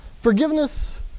forgiveness